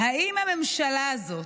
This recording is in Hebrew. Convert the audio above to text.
האם הממשלה הזאת,